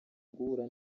guhura